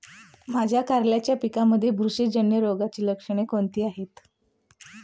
माझ्या कारल्याच्या पिकामध्ये बुरशीजन्य रोगाची लक्षणे कोणती आहेत?